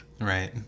Right